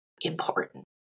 important